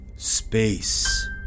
Space